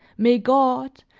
may god,